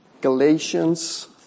Galatians